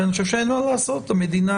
כי אני חושב שאין מה לעשות, המדינה,